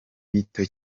bito